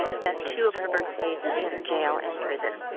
and spent two of her birthdays in jail, in prison.